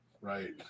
Right